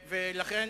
למה?